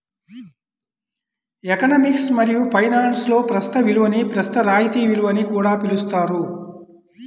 economics మరియు ఫైనాన్స్లో ప్రస్తుత విలువని ప్రస్తుత రాయితీ విలువ అని కూడా పిలుస్తారు